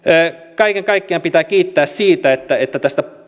kaiken kaikkiaan pitää kiittää siitä että että tästä